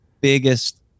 biggest